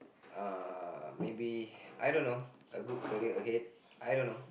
uh maybe I don't know a good career ahead I don't know